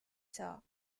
saa